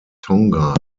tonga